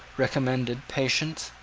recommended patience,